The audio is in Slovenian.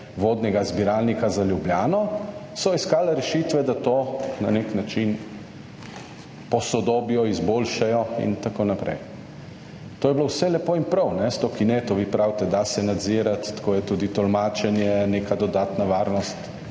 vodnega zbiralnika za Ljubljano, so iskali rešitve, da to na nek način posodobijo, izboljšajo in tako naprej. To je bilo vse lepo in prav. S to kineto, vi pravite, da se nadzirati, tako je tudi tolmačenje, neka dodatna varnost.